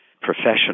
professional